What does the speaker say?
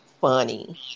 funny